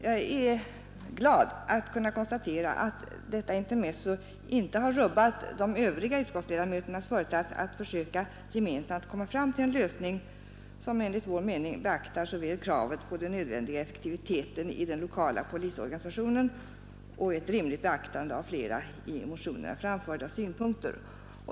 Jag är glad att kunna konstatera att detta intermezzo inte har rubbat de övriga utskottsledamöternas föresats att försöka gemensamt komma fram till en lösning, som enligt vår mening beaktar kravet på den nödvändiga effektiviteten i den lokala polisorganisationen och som även innebär ett rimligt beaktande av flera i motionerna framförda synpunkter.